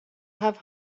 have